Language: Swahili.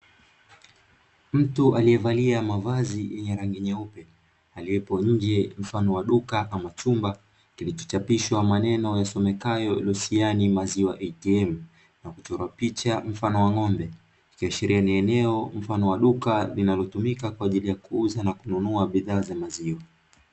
Mtu alievalia mavazi yenye rangi yeupe aliyopo nje ya mfano wa duka ama chumba, kilichochapishwa maneno yasomekayo (LOSIANA MAZIWA ATM) na kuchorwa picha mfano wa ng'ombe ikiashiria ni eneo mfano wa duka, linalotumika kwa ajili ya kuuza na kununua bidhaa za maziwa .